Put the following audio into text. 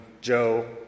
Joe